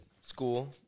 school